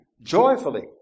joyfully